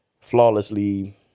flawlessly